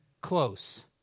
close